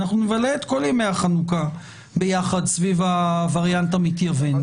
אנחנו נבלה את כל ימי החנוכה ביחד סביב הווריאנט המתייוון,